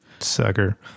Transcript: Sucker